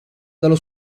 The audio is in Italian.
dallo